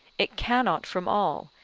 it cannot from all,